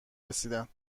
رسیدند